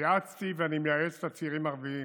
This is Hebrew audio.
יעצתי ואני מייעץ לצעירים הערבים